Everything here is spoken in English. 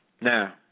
Now